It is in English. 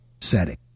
setting